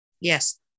Yes